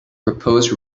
propose